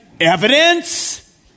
evidence